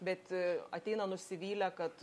bet ateina nusivylę kad